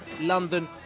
London